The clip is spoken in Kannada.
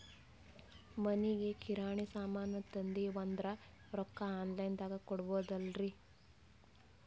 ಮನಿಗಿ ಕಿರಾಣಿ ಸಾಮಾನ ತಂದಿವಂದ್ರ ರೊಕ್ಕ ಆನ್ ಲೈನ್ ದಾಗ ಕೊಡ್ಬೋದಲ್ರಿ?